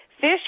fish